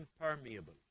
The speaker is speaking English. impermeable